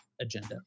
agenda